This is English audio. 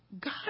God